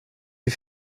die